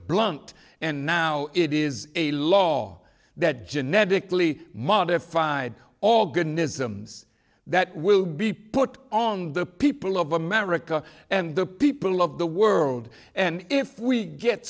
blunt and now it is a law that genetically modified organisms that will be put on the people of america and the people of the world and if we get